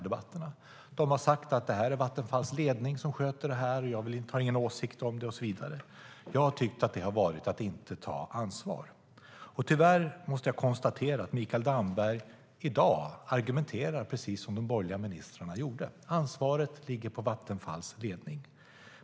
De har sagt att det är Vattenfalls ledning som sköter detta, att de inte har någon åsikt och så vidare. Jag har tyckt att det har varit att inte ta ansvar. Tyvärr måste jag konstatera att Mikael Damberg i dag argumenterar precis som de borgerliga ministrarna gjorde: Ansvaret ligger på Vattenfalls ledning.